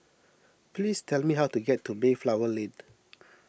please tell me how to get to Mayflower Lane